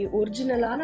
original